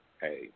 hey